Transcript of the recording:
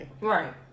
right